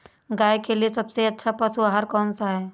गाय के लिए सबसे अच्छा पशु आहार कौन सा है?